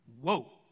Whoa